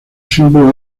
símbolo